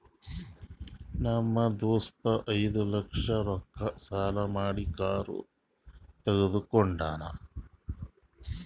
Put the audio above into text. ನಮ್ ದೋಸ್ತ ಐಯ್ದ ಲಕ್ಷ ರೊಕ್ಕಾ ಸಾಲಾ ಮಾಡಿ ಕಾರ್ ತಗೊಂಡಾನ್